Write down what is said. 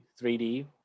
3d